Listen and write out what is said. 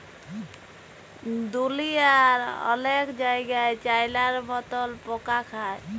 দুঁলিয়ার অলেক জায়গাই চাইলার মতল পকা খায়